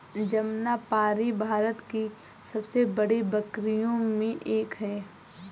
जमनापारी भारत की सबसे बड़ी बकरियों में से एक है